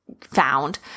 found